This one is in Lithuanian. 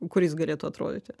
kuris galėtų atrodyti